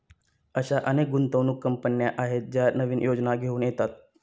अशा अनेक गुंतवणूक कंपन्या आहेत ज्या नवीन योजना घेऊन येतात